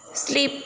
sleep